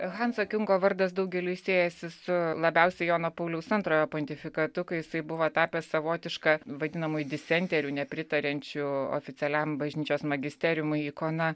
hanso kiungo vardas daugeliui siejasi su labiausiai jono pauliaus antrojo pontifikatu kai jisai buvo tapęs savotiška vadinamuoju disenderiu nepritariančiu oficialiam bažnyčios magisteriumui ikona